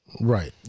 Right